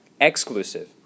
exclusive